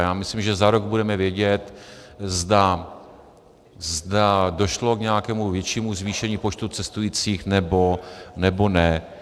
Já myslím, že za rok budeme vědět, zda došlo k nějakému většímu zvýšení počtu cestujících, nebo ne.